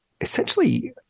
essentially